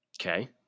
Okay